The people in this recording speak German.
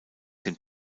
dem